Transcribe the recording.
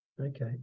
Okay